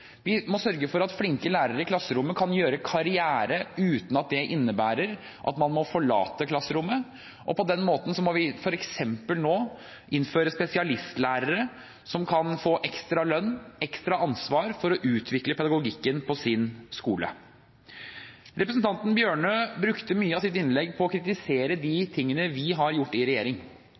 innebærer at man må forlate klasserommet. På den måten må vi nå f.eks. innføre spesialistlærere som kan få ekstra lønn og ekstra ansvar for å utvikle pedagogikken på sin skole. Representanten Tynning Bjørnø brukte mye av sitt innlegg til å kritisere de tingene vi har gjort i regjering.